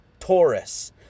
Taurus